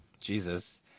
Jesus